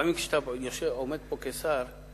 לפעמים כשאתה עומד פה כשר,